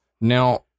now